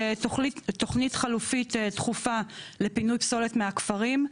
תוכנית חלופית דחופה לפינוי פסולת מהכפרים.